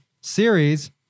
series